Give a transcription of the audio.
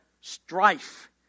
strife